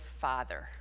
father